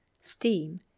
steam